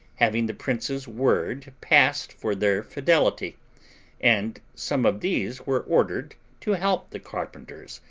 having the prince's word passed for their fidelity and some of these were ordered to help the carpenters,